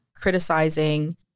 criticizing